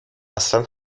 اصلن